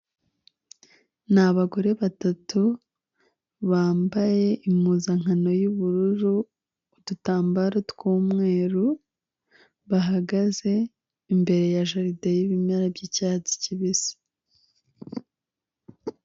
Ni abagore batatu bambaye impuzankano y'ubururu, udutambaro tw'umweru. Bahagaze imbere ya jarid e y'ibimera by'icyatsi kibisi.